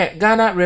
Ghana